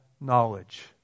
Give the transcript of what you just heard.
knowledge